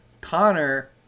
connor